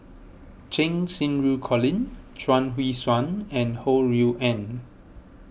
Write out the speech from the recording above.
Cheng Xinru Colin Chuang Hui Tsuan and Ho Rui An